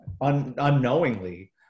unknowingly